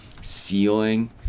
ceiling